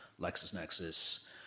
LexisNexis